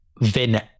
Vin